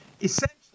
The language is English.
essentially